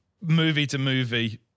movie-to-movie